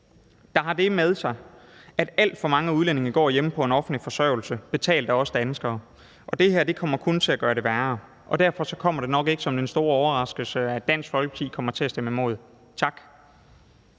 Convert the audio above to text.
der har det med sig, at alt for mange udlændinge går hjemme på en offentlig forsørgelse betalt af os danskere, og det her kommer kun til at gøre det værre. Derfor kommer det nok ikke som den store overraskelse, at Dansk Folkeparti kommer til at stemme imod. Tak.